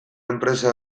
enpresa